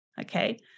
okay